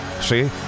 See